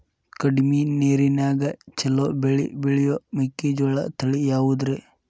ಕಡಮಿ ನೇರಿನ್ಯಾಗಾ ಛಲೋ ಬೆಳಿ ಬೆಳಿಯೋ ಮೆಕ್ಕಿಜೋಳ ತಳಿ ಯಾವುದ್ರೇ?